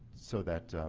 so that